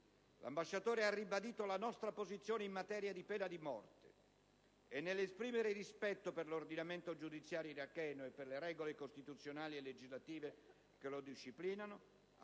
L'ambasciatore ha ribadito la nostra posizione in materia di pena di morte e, nell'esprimere rispetto per l'ordinamento giudiziario iracheno e per le regole costituzionali e legislative che lo disciplinano,